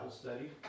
study